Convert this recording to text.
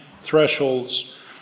thresholds